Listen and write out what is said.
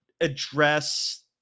address